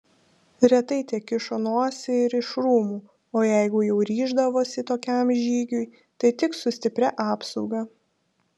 retai tekišo nosį ir iš rūmų o jeigu jau ryždavosi tokiam žygiui tai tik su stipria apsauga